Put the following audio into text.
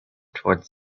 towards